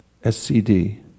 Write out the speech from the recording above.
SCD